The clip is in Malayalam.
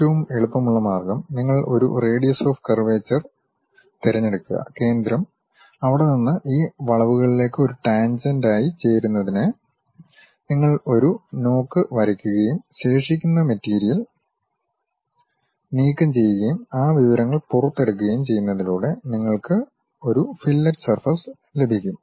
ഏറ്റവും എളുപ്പമുള്ള മാർഗ്ഗം നിങ്ങൾ ഒരു റേഡിയസ് ഓഫ് കർവേചർ തിരഞ്ഞെടുക്കുകകേന്ദ്രം അവിടെ നിന്ന് ഈ വളവുകളിലേക്ക് ഒരു ടാൻജെന്റായി ചേരുന്നതിന് നിങ്ങൾ ഒരു നോക്ക് വരയ്ക്കുകയും ശേഷിക്കുന്ന മെറ്റീരിയൽ നീക്കം ചെയ്യുകയും ആ വിവരങ്ങൾ പുറത്തെടുക്കുകയും ചെയ്യുന്നതിലൂടെ നിങ്ങൾക്ക് ഒരു ഫില്ലറ്റ് സർഫസ് ലഭിക്കും